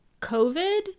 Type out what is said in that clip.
COVID